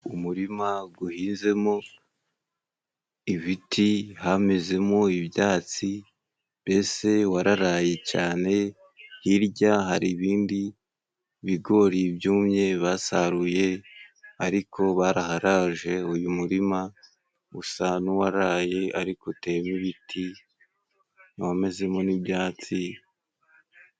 Umuririma guhinzemo ibiti, hamezemo ibyatsi mbese wararaye cyane. Hirya hari ibindi bigori byumye basaruye ariko baraharaje. Uyu murima usa n'uwaraye ariko uteyemo ibiti wamezemo n'ibyatsi.